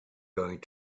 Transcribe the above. going